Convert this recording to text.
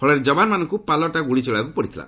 ଫଳରେ ଯବାନମାନଙ୍କୁ ପାଲଟା ଗୁଳି ଚଳାଇବାକୁ ପଡ଼ିଥିଲା